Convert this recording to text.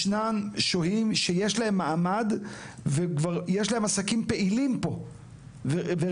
ישנם שוהים שיש להם מעמד וכבר יש להם עסקים פעילים פה ורשומים.